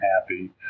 happy